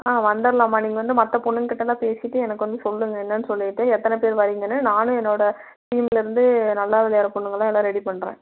ஆ வந்துடலாம்மா நீங்கள் வந்து மற்ற பொண்ணுங்கக்கிட்டேலாம் பேசிட்டு எனக்கு வந்து சொல்லுங்கள் என்னென்னு சொல்லிவிட்டு எத்தனை பேர் வர்றீங்கன்னு நான் என்னோட டீம்லேருந்து நல்லா விளையாடுகிற பொண்ணுங்களை எல்லாம் ரெடி பண்றேன்